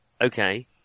Okay